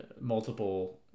multiple